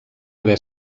haver